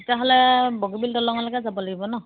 তেতিয়াহ'লে বগীবিল দলঙলৈকে যাব লাগিব ন